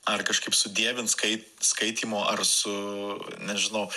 ar kažkaip sudievint skai skaitymo ar su nežinau